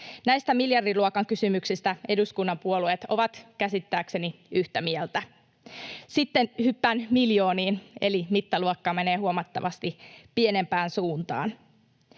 Näistä miljardiluokan kysymyksistä eduskunnan puolueet ovat käsittääkseni yhtä mieltä. Sitten hyppään miljooniin, eli mittaluokka menee huomattavasti pienempään suuntaan.